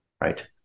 right